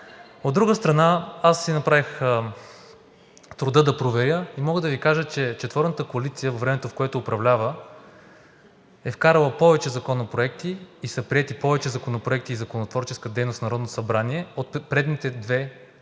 От друга страна, аз си направих труда да проверя и мога да Ви кажа, че четворната коалиция от времето, в което управлява, е вкарала повече законопроекти и са приети повече законопроекти и законотворческа дейност в Народното събрание от предните две активни